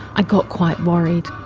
i got quite worried,